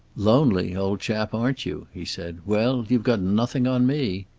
lonely, old chap, aren't you? he said. well, you've got nothing on me.